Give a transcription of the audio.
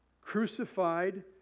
crucified